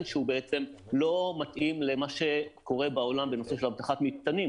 שהוא בעצם לא מתאים למה שקורה בעולם בנושא של אבטחת מטענים,